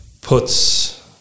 puts